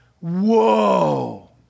whoa